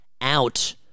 out